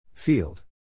Field